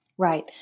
Right